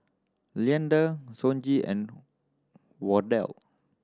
Leander Sonji and Wardell